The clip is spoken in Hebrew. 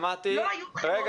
שמענו.